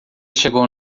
chegou